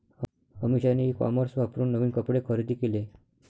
अमिषाने e commerce वापरून नवीन कपडे खरेदी केले